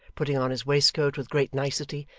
putting on his waistcoat with great nicety,